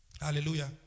Hallelujah